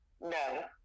no